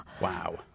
Wow